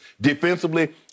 Defensively